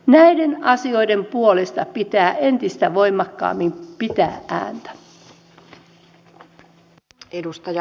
näiden asioiden puolesta pitää entistä voimakkaammin pitää ääntä